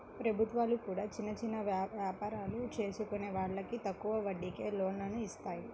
ప్రభుత్వాలు కూడా చిన్న చిన్న యాపారాలు చేసుకునే వాళ్లకి తక్కువ వడ్డీకే లోన్లను ఇత్తన్నాయి